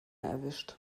erwischt